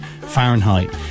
fahrenheit